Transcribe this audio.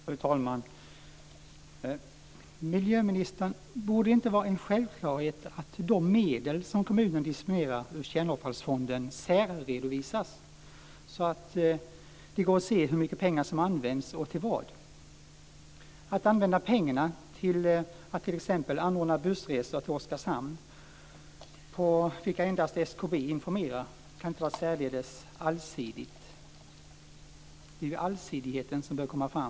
Fru talman! Miljöministern! Borde det inte vara en självklarhet att de medel som kommunerna disponerar ur Kärnavfallsfonden särredovisas, så att det går att se hur mycket pengar som används och vad de används till? Det kan inte vara särdeles allsidigt att använda pengarna till att t.ex. anordna resor med bussar - på vilka endast SKB informerar - till Oskarshamn. Det är ju allsidigheten som bör komma fram.